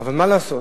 אבל מה לעשות?